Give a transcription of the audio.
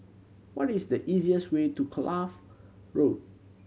what is the easiest way to Kloof Road